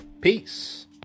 Peace